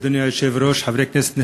אדוני היושב-ראש, חברי כנסת נכבדים,